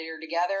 together